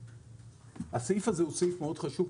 הסעיף הזה מאוד חשוב,